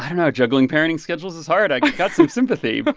ah you know juggling parenting schedules is hard. i got some sympathy but